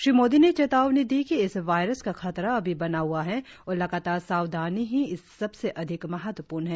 श्री मोदी ने चेतावनी दी कि इस वायरस का खतरा अभी बना हुआ है और लगातार सावधानी ही सबसे अधिक महत्वपूर्ण है